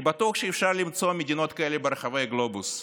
אני בטוח שאפשר למצוא מדינות כאלה ברחבי הגלובוס,